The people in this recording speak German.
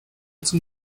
zum